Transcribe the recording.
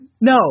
no